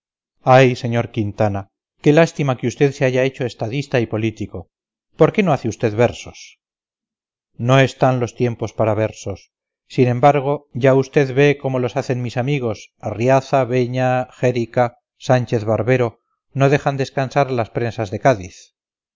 ay sr quintana qué lástima que usted se haya hecho estadista y político por qué no hace usted versos no están los tiempos para versos sin embargo ya usted ve cómo los hacen mis amigos arriaza beña xérica sánchez barbero no dejan descansar a las prensas de cádiz